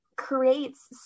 creates